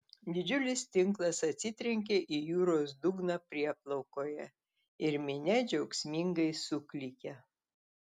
didžiulis tinklas atsitrenkia į jūros dugną prieplaukoje ir minia džiaugsmingai suklykia